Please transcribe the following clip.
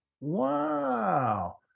Wow